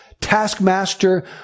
taskmaster